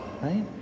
right